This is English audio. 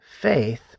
faith